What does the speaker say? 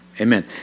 amen